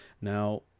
Now